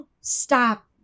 Stop